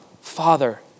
Father